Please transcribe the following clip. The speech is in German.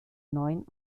neuen